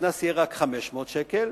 שהקנס יהיה רק 500 שקל,